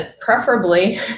preferably